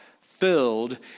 filled